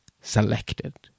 selected